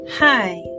Hi